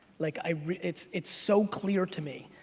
like i mean it's it's so clear to me,